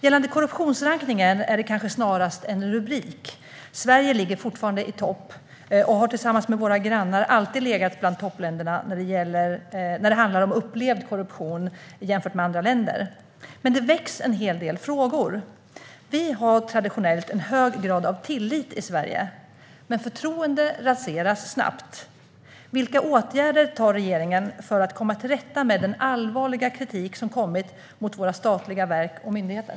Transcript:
Gällande korruptionsrankningen är det kanske snarast en rubrik: Sverige ligger fortfarande i topp, och vi har tillsammans med våra grannar alltid legat bland toppländerna i förhållande till andra länder när det handlar om upplevd korruption. Det väcks dock en hel del frågor. Vi har traditionellt i Sverige en hög grad av tillit, men förtroende raseras snabbt. Vilka åtgärder vidtar regeringen för att komma till rätta med den allvarliga kritik som kommit mot våra statliga verk och myndigheter?